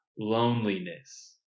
loneliness